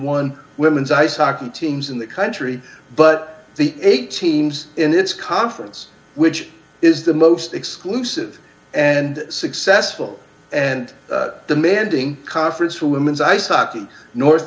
one women's ice hockey teams in the country but the eight teams in its conference which is the most exclusive and successful and demanding conference for women's ice hockey north